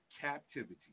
Captivity